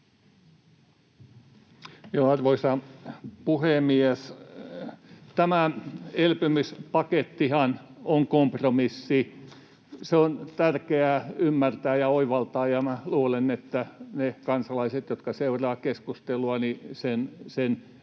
Arvoisa puhemies! Tämä elpymispakettihan on kompromissi. Se on tärkeää ymmärtää ja oivaltaa, ja minä luulen, että ne kansalaiset, jotka seuraavat keskustelua, sen ymmärtävät.